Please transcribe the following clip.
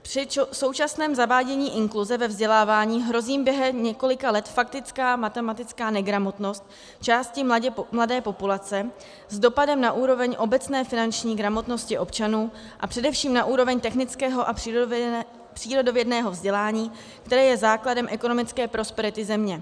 Při současném zavádění inkluze ve vzdělávání hrozí během několika let faktická matematická negramotnost v části mladé populace s dopadem na úroveň obecné finanční gramotnosti občanů a především na úroveň technického a přírodovědného vzdělání, které je základem ekonomické prosperity země.